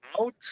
out